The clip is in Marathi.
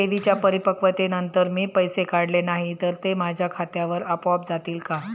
ठेवींच्या परिपक्वतेनंतर मी पैसे काढले नाही तर ते माझ्या खात्यावर आपोआप जातील का?